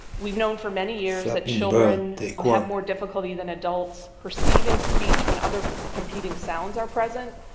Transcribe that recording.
we've known for many years that children have more difficulty than adults perceiving speech when other competing sounds are present.